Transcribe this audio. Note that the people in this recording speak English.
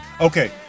okay